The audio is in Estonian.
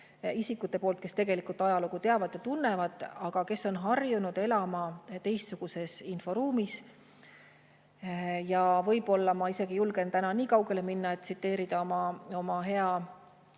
isikud, kes tegelikult ajalugu teavad ja tunnevad, aga kes on harjunud elama teistsuguses inforuumis. Ja võib-olla ma isegi julgen täna nii kaugele minna, et tsiteerida oma hea